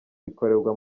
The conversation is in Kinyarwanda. bikorerwa